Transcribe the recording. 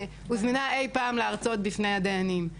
הוזמנה אי פעם להרצות בפני הדיינים.